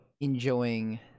enjoying